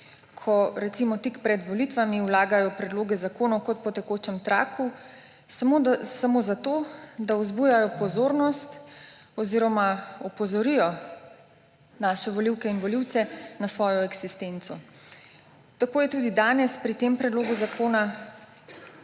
ko recimo tik pred volitvami vlagajo predloge zakonov kot po tekočem traku samo zato, da vzbujajo pozornost oziroma opozorijo naše volivke in volivce na svojo eksistenco. Tako je tudi danes pri tem predlogu zakona,